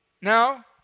Now